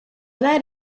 that